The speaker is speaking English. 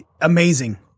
amazing